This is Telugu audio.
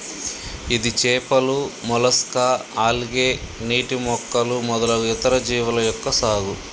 ఇది చేపలు, మొలస్కా, ఆల్గే, నీటి మొక్కలు మొదలగు ఇతర జీవుల యొక్క సాగు